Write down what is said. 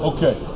Okay